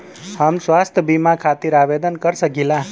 हम स्वास्थ्य बीमा खातिर आवेदन कर सकीला?